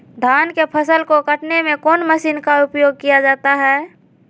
धान के फसल को कटने में कौन माशिन का उपयोग किया जाता है?